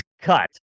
cut